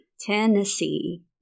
Tennessee